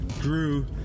grew